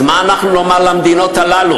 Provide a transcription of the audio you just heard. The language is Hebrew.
מה נאמר למדינות הללו,